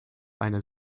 eine